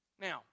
Now